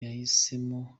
yahisemo